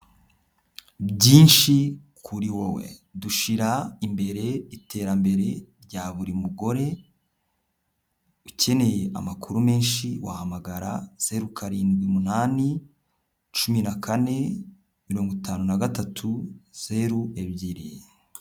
Byinshi kuri wowe, dushyira imbere iterambere rya buri mugore, ukeneye amakuru menshi wahamagara, zeru karindwi munani, cumi na kane, mirongo itanu na gatatu, zeru ebyiri.